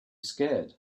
scared